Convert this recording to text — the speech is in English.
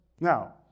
Now